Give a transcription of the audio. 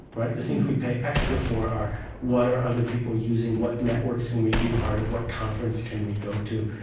the things we pay extra for are what are other people using, what networks can we be part of, what conference can we go to,